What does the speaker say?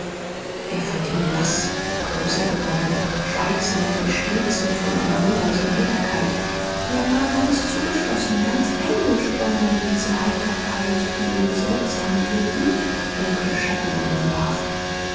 er fand ihn blaß größer geworden schweigsam wie stets und von einer wunderlichen heiterkeit ja ganz zugeschlossen ganz eingesponnen in diese heiterkeit die seltsam wirkend dunkle schatten um ihn warf